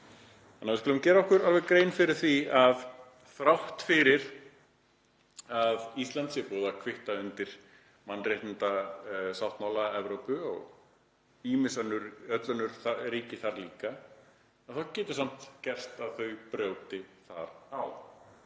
málum.“ Við skulum gera okkur grein fyrir því að þrátt fyrir að Ísland sé búið að kvitta undir mannréttindasáttmála Evrópu og öll önnur ríki þar líka, þá getur samt gerst að þau brjóti hann.